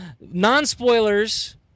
non-spoilers